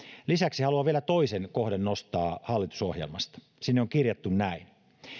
lisäksi haluan vielä toisen kohdan nostaa hallitusohjelmasta sinne on kirjattu näin